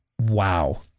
wow